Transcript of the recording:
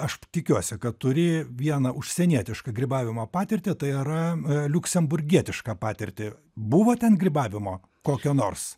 aš tikiuosi kad turi vieną užsienietišką grybavimo patirtį tai yra liuksemburgietišką patirtį buvo ten grybavimo kokio nors